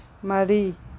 ꯃꯔꯤ